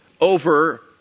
over